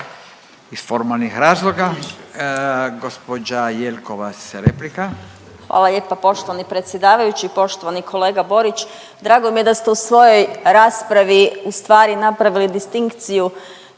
iz formalnih razloga. Gospođa Jelkovac, replika.